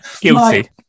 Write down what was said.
Guilty